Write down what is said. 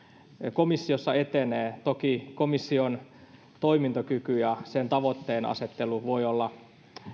komissiossa etenee toki komission toimintakyky ja sen tavoitteenasettelu voi olla